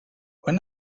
when